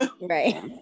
Right